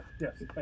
yes